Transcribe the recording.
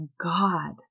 God